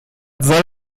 soll